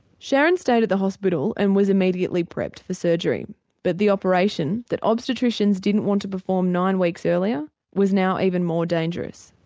sharon stayed at the hospital and was immediately prepped for surgery but the operation operation that obstetricians didn't want to perform nine weeks earlier was now even more dangerous.